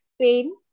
pain